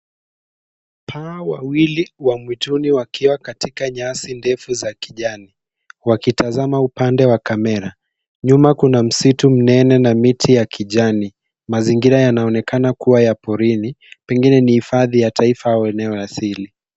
Paa wawili wa mwituni wakiwa katika nyasi ndefu za kijani wakitazama upande wa kamera. Nyuma kuna msitu mnene na miti ya kijani. Mazingira yanaonekana kuwa ya porini, pengine ni hifadhi ya taifa au eneo asili.